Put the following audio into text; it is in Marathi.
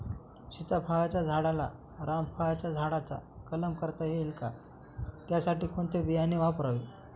सीताफळाच्या झाडाला रामफळाच्या झाडाचा कलम करता येईल का, त्यासाठी कोणते बियाणे वापरावे?